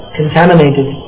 contaminated